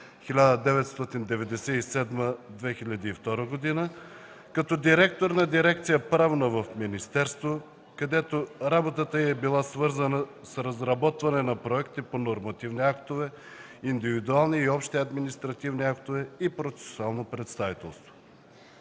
1997-2002 г., като директор на дирекция „Правна” в министерство, където работата й е била свързана с разработване на проекти по нормативни актове, индивидуални и общи административни актове и процесуално представителство.